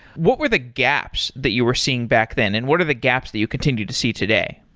what were the gaps that you were seeing back then and what are the gaps that you continue to see today?